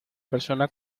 persona